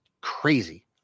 crazy